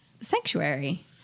Sanctuary